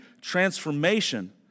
Transformation